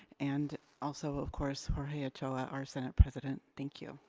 and also of course, jorge ochoa, our senate president, thank you.